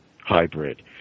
hybrid